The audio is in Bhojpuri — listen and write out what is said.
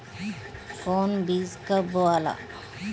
कौन बीज कब बोआला?